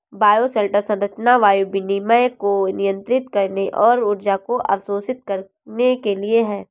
bioshelter संरचना वायु विनिमय को नियंत्रित करने और ऊर्जा को अवशोषित करने के लिए है